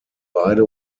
beide